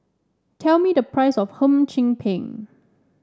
tell me the price of Hum Chim Peng